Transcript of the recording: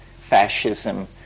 fascism